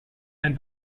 ein